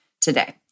today